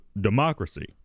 democracy